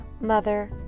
mother